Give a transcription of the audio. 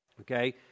okay